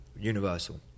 universal